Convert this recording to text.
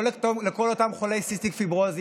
לא לכל אותם חולי סיסטיק-פיברוזיס.